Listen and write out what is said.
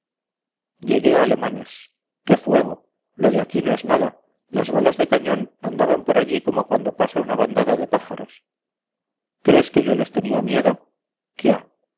a alemanes qué fuego lo de aquí no es nada las balas de cañón andaban por allí como cuando pasa una bandada de pájaros crees que yo les tenía miedo quia